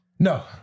No